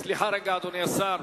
סליחה, רגע, אדוני השר.